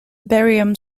barium